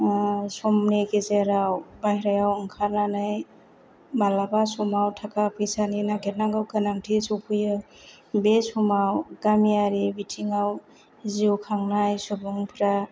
समनि गेजेराव बायह्रायाव ओंखारनानै मालाबा समाव थाखा फैसा नागिरनांगौनि गोनांथि सफैयो बे समाव गामियारि बिथिङाव जिउ खांनाय सुबुंफ्रा